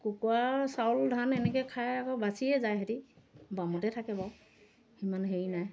কুকুৰা আৰু চাউল ধান এনেকৈয়ে খাই আকৌ বাচিয়ে যায় সিহঁতে বামতে থাকে বাৰু সিমান হেৰি নাই